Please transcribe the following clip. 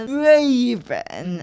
raven